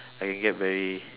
I can get very